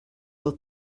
will